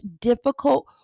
difficult